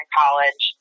college